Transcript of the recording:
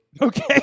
Okay